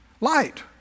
light